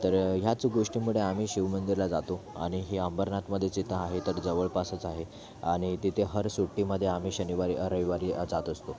तर ह्याच गोष्टीमुळे आम्ही शिवमंदिरला जातो आणि हे अंबरनाथमध्ये जिथं आहे तर जवळपासच आहे आणि तिथे हर सुट्टीमध्ये आम्ही शनिवारी रविवारी जात असतो